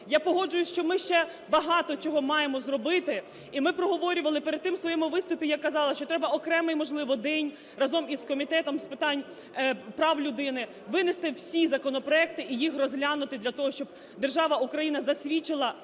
Я погоджуюся, що ми ще багато чого маємо зробити, і ми проговорювали перед тим. У своєму виступі я казала, що треба окремий, можливо, день разом із Комітетом з питань прав людини винести всі законопроекти і їх розглянути для того, щоб держава Україна засвідчила